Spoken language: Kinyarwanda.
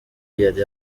yari